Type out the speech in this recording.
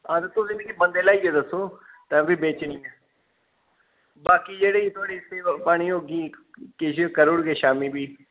हां ते तुस मिगी बंदे लेआइयै दस्सो ते में बेचनी ऐ बाकी जेह्ड़ी थुआढ़ी सेवा पानी होगी किश करी ओड़गे शाम्मीं भी